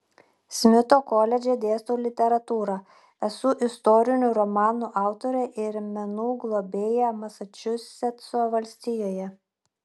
smito koledže dėstau literatūrą esu istorinių romanų autorė ir menų globėja masačusetso valstijoje